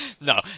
No